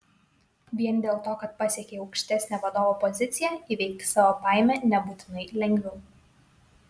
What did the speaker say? vien dėl to kad pasiekei aukštesnę vadovo poziciją įveikti savo baimę nebūtinai lengviau